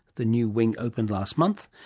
the new wing opened last month.